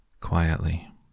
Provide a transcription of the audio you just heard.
quietly